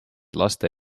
laste